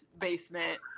basement